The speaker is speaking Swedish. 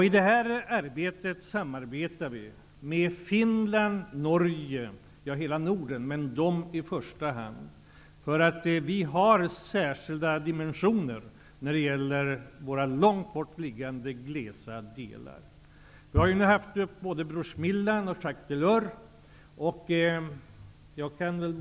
I detta arbete samarbetar vi med hela Norden, men främst med Finland och Norge. Vi har särskilda dimensioner när det gäller de långt bort liggande glesa delarna. Både Bruce Millan och Jacques Delors har kommit på besök.